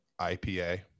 IPA